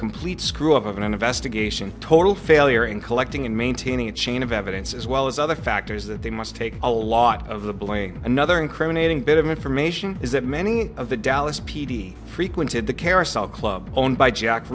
complete screw up of an investigation total failure in collecting and maintaining a chain of evidence as well as other factors that they must take a lot of the blame another incriminating bit of information is that many of the dallas p d frequented the carousel club owned by jack